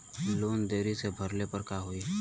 Loan देरी से भरले पर का होई?